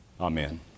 Amen